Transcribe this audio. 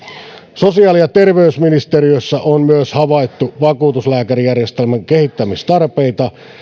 sosiaali ja terveysministeriössä on myös havaittu vakuutuslääkärijärjestelmän kehittämistarpeita